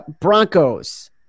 Broncos